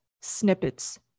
snippets